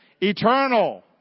eternal